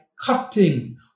cutting